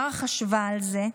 מארה חשבה על זה,